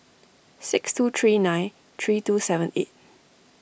six two three nine three two seven eight